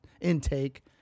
intake